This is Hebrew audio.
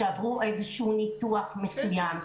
שעברו איזשהו ניתוח מסוים,